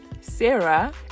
Sarah